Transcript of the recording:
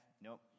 nope